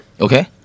Okay